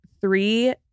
three